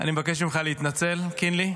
אני מבקש ממך להתנצל, קינלי.